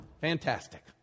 Fantastic